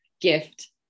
gift